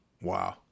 wow